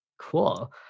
cool